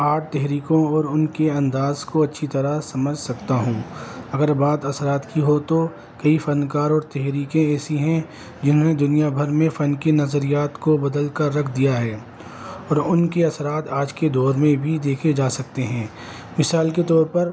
art تحریکوں اور ان کے انداز کو اچھی طرح سمجھ سکتا ہوں اگر بات اثرات کی ہو تو کئی فنکار اور تحریکیں ایسی ہیں جنہوں نے دنیا بھر میں فن کے نظریات کو بدل کر رکھ دیا ہے اور ان کے اثرات آج کے دور میں بھی دیکھے جا سکتے ہیں مثال کے طور پر